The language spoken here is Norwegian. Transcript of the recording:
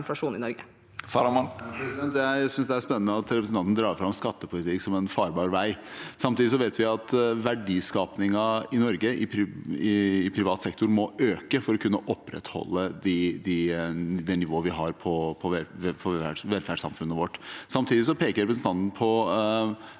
Jeg synes det er spennende at representanten drar fram skattepolitikk som en farbar vei. Vi vet at verdiskapingen i Norge i privat sektor må øke for å kunne opprettholde det nivået vi har på velferdssamfunnet vårt. Samtidig peker representanten på